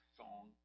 song